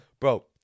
Bro